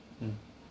mm